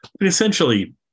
Essentially